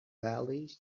valley